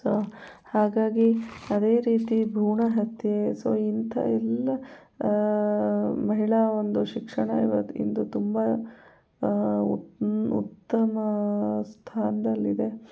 ಹಾಗಾಗಿ ಅದೇ ರೀತಿ ಭ್ರೂಣ ಹತ್ಯೆ ಸೊ ಇಂಥ ಎಲ್ಲ ಮಹಿಳಾ ಒಂದು ಶಿಕ್ಷಣ ಇವತ್ತು ಇಂದು ತುಂಬ ಉತ್ತಮ ಸ್ಥಾನದಲ್ಲಿದೆ